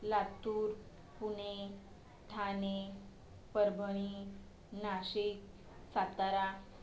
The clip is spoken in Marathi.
लातूर पुणे ठाणे परभणी नाशिक सातारा